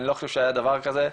אני לא חושב שהיה דבר כזה,